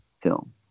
film